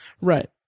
Right